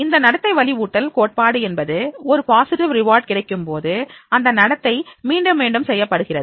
இந்த நடத்தை வலுவூட்டல் கோட்பாடு என்பது ஒரு பாசிட்டிவ் ரிவார்டு கிடைக்கும்போது அந்த நடத்தை மீண்டும் மீண்டும் செய்யப்படுகிறது